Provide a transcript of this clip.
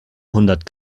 hundert